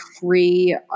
free